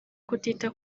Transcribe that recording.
kutita